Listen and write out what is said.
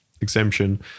exemption